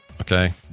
okay